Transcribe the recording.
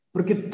Porque